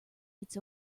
its